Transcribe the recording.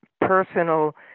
personal